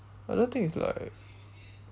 I don't think it's like